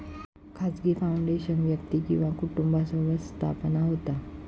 खाजगी फाउंडेशन व्यक्ती किंवा कुटुंबासोबत स्थापन होता